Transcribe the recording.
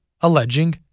alleging